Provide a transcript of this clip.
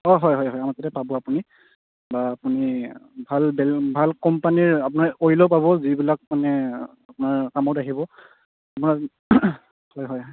অঁ হয় হয় হয় আমাৰ তাতে পাব আপুনি বা আপুনি ভাল ভাল কোম্পানীৰ আপুনি অইলো পাব যিবিলাক মানে আপোনাৰ কামত আহিব আপোনাৰ হয় হয়